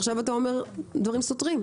ועכשיו אתה אומר דברים סותרים.